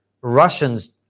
Russians